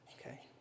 Okay